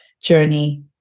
journey